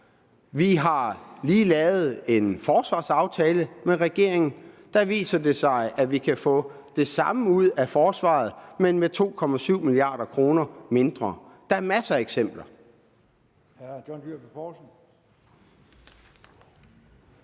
Vi har lige lavet en forsvarsaftale med regeringen, og der viser det sig, at vi kan få det samme ud af forsvaret, men med 2,7 mia. kr. mindre. Der er masser af eksempler. Kl. 09:15 Formanden: